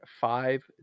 five